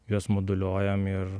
juos moduliuojam ir